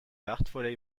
wertvolle